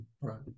Right